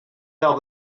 how